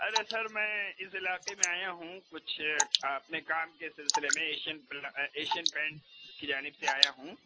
ارے sir میں اِس علاقے میں آیا ہوں کچھ اپنے کام کے سلسلے میں ایشین ایشین پینٹس کی جانب سے آیا ہوں